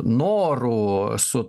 norų su